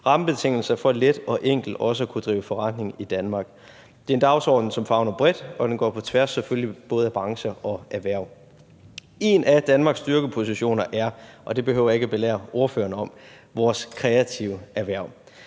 rammebetingelser for let og enkelt også at kunne drive forretning i Danmark. Det er en dagsorden, som favner bredt, og den går selvfølgelig på tværs af både brancher og erhverv. En af Danmarks styrkepositioner er – og det behøver jeg ikke at belære ordføreren om – vores kreative erhverv.